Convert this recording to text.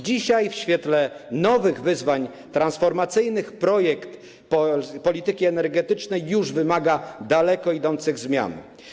Dzisiaj w świetle nowych wyzwań transformacyjnych projekt polityki energetycznej już wymaga daleko idących zmian.